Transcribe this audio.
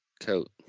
coat